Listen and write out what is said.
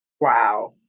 Wow